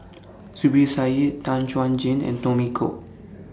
Zubir Said Tan Chuan Jin and Tommy Koh